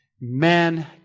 Man